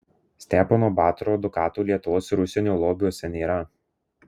stepono batoro dukatų lietuvos ir užsienio lobiuose nėra